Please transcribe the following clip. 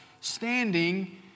standing